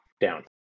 down